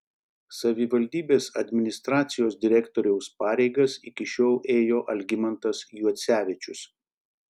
savivaldybės administracijos direktoriaus pareigas iki šiol ėjo algimantas juocevičius